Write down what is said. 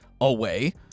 away